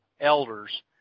elders